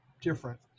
different